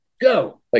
go